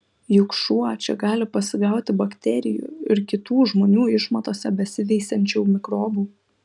juk šuo čia gali pasigauti bakterijų ir kitų žmonių išmatose besiveisiančių mikrobų